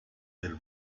del